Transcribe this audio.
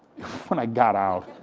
when i got out,